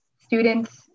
students